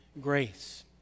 grace